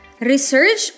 research